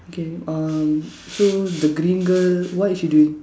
okay um so the green girl what is she doing